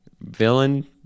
villain